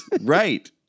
right